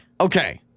Okay